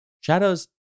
Shadows